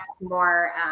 more